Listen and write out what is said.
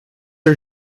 are